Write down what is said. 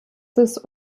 des